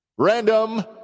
Random